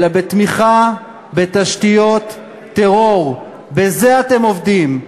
אלא בתמיכה בתשתיות טרור, בזה אתם עובדים.